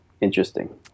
interesting